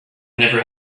never